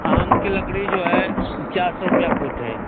आम के लकड़ी जो है चार सौ रुपया फुट है